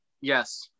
Yes